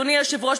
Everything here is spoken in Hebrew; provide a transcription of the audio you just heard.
אדוני היושב-ראש,